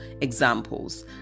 examples